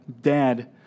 dad